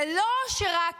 זה לא שרק